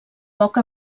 poc